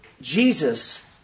Jesus